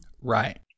right